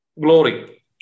glory